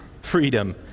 freedom